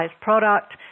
product